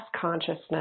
consciousness